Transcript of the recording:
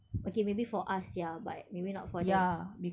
okay maybe for us ya but maybe not for them lah